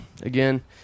again